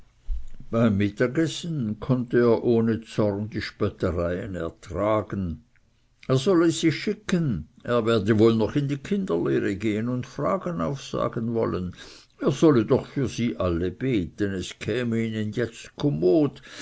beim mittagessen konnte er ohne zorn die spöttereien ertragen er solle sich schicken er werde wohl noch in die kinderlehre gehen und fragen aufsagen wollen er solle doch für sie alle beten es käme ihnen jetzt kommod